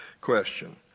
question